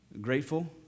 grateful